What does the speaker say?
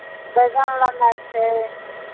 बैगन लेनाइ छै